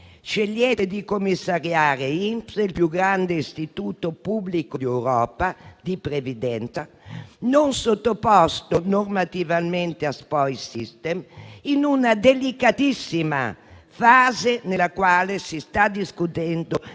Scegliete di commissariare l'INPS, il più grande istituto pubblico previdenziale d'Europa, non sottoposto normativamente a *spoils system,* in una delicatissima fase nella quale si sta discutendo di